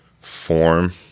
form